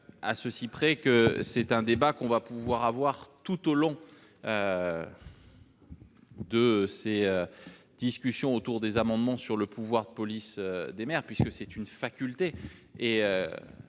à ceci près que c'est un débat qu'on va pouvoir avoir tout au long. De ces discussions autour des amendements sur le pouvoir de police des mers, puisque c'est une faculté et